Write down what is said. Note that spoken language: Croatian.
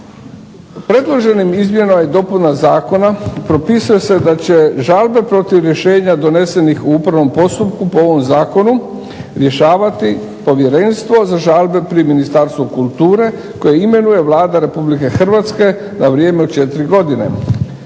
Predloženim izmjenama i dopunama zakona propisuje se da će žalbe protiv rješenja donesenih u upravnom postupku po ovom zakonu rješavati Povjerenstvo za žalbe pri Ministarstvu kulture koje imenuje Vlada Republike Hrvatske na vrijeme od 4 godine.